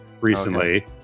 recently